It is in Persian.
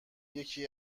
یکی